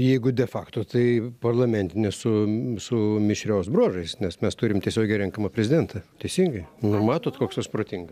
jeigu defakto tai parlamentinė su su mišrios bruožais nes mes turim tiesiogiai renkamą prezidentą teisingai na matot koks aš protingas